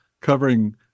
covering